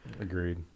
Agreed